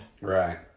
Right